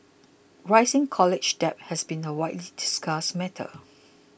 rising college debt has been a widely discussed matter